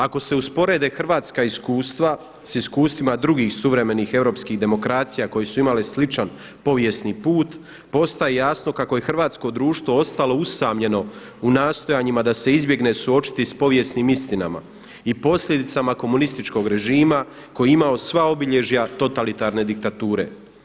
Ako se usporede hrvatska iskustva sa iskustvima drugih suvremenih europskih demokracija koje su imale sličan povijesni put postaje jasno kako je hrvatsko društvo ostalo usamljeno u nastojanjima da se izbjegne suočiti sa povijesnim istinama i posljedicama komunističkog režima koji je imao sva obilježja totalitarne diktature.